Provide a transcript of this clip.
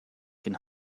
can